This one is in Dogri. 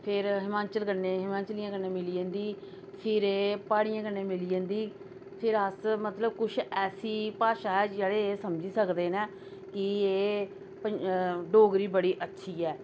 फिर हिमाचल कन्नै हिमाचलिएं कन्नै मिली जंदी फिर एह् प्हाड़ियें कन्नै मिली जंदी फिर अस मतलब कुछ ऐसी भाशा ऐ जेह्डे़ समझी सकदे न की एह् डोगरी बड़ी अच्छी ऐ